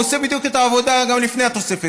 הוא עושה בדיוק את העבודה גם לפני התוספת.